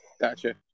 Gotcha